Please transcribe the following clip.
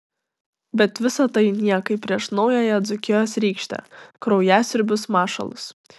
bet visa tai niekai prieš naująją dzūkijos rykštę kraujasiurbius mašalus